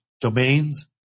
domains